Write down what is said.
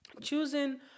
Choosing